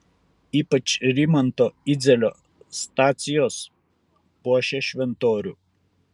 ypač rimanto idzelio stacijos puošia šventorių